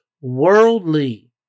worldly